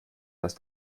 dass